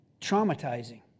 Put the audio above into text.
traumatizing